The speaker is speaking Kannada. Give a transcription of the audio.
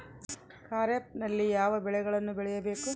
ಖಾರೇಫ್ ನಲ್ಲಿ ಯಾವ ಬೆಳೆಗಳನ್ನು ಬೆಳಿಬೇಕು?